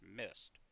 missed